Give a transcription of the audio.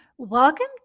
Welcome